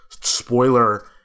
Spoiler